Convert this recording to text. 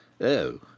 Oh